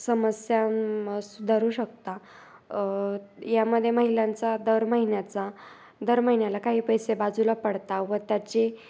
समस्या सुधारू शकता यामध्ये महिलांचा दर महिन्याचा दर महिन्याला काही पैसे बाजूला पडता व त्याचे